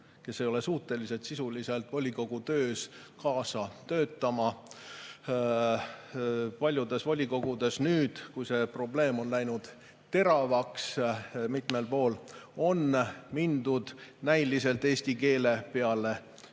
kes ei ole suutelised sisuliselt volikogu töös kaasa lööma. Paljudes volikogudes on nüüd, kui see probleem on läinud teravaks mitmel pool, mindud näiliselt eesti keele peale üle, aga